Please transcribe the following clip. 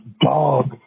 Dog